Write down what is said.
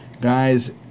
guys